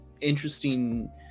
interesting